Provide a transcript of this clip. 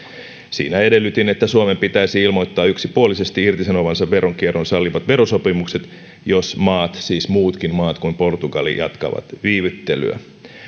siinä edellytin että suomen pitäisi ilmoittaa yksipuolisesti irtisanovansa veronkierron sallivat verosopimukset jos maat siis muutkin maat kuin portugali jatkavat viivyttelyä